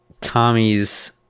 tommy's